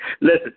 Listen